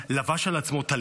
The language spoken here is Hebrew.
לבש על עצמו טלית,